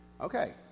Okay